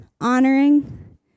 honoring